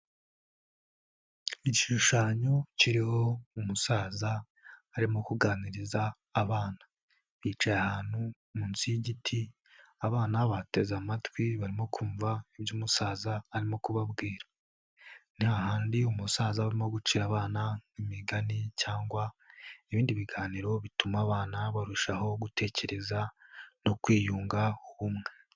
Igishushanyo kiriho umusaza, arimo kuganiriza abana. Bicaye ahantu munsi y'igiti, abana bateze amatwi barimo kumva ibyo umusaza arimo kubabwira. Ni handi umusaza aba arimo gucira abana imigani cyangwa ibindi biganiro bituma abana barushaho gutekereza no kwiyunga ubumwe.